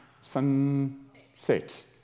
Sunset